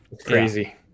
Crazy